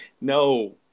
No